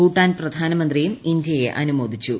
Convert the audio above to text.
ഭൂട്ടാൻ പ്രധാനമന്ത്രിയും ഇന്ത്യയെ അനുമോദിച്ചു